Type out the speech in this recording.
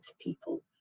people